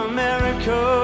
America